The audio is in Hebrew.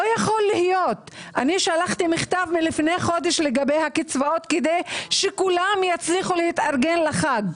שלחתי מכתב לפני חודש לגבי הקצבאות כדי שכולם יצליחו להתארגן חג.